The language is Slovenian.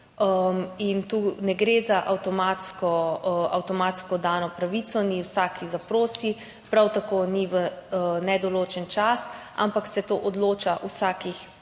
Tu ne gre za avtomatsko dano pravico, ni vsak, ki zaprosi, prav tako ni nedoločen čas, ampak se o tem odloča vsakih